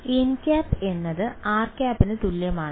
അതിനാൽ nˆ എന്നത് rˆ ന് തുല്യമാണ്